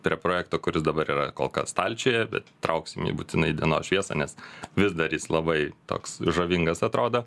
prie projekto kuris dabar yra kol kas stalčiuje bet trauksim jį būtinai į dienos šviesą nes vis dar jis labai toks žavingas atrodo